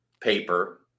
paper